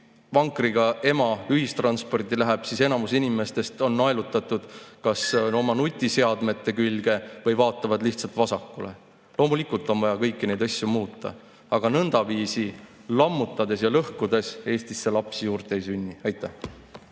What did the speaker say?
vankriga ema ühistransporti läheb, siis enamus inimestest on naelutatud kas oma nutiseadme külge või vaatavad lihtsalt vasakule. Loomulikult on vaja kõiki neid asju muuta, aga nõndaviisi lammutades ja lõhkudes Eestisse lapsi juurde ei sünni. Aitäh!